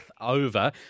over